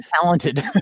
talented